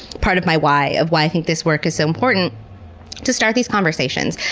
part of my why of why i think this work is important to start these conversations.